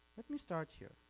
let me start here